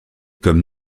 comme